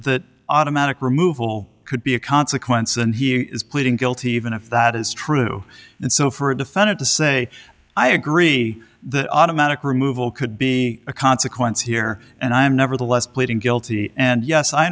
that automatic removal could be a consequence and he is pleading guilty even if that is true and so for a defendant to say i agree the automatic removal could be a consequence here and i am nevertheless pleading guilty and yes i